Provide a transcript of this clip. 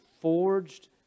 forged